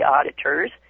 auditors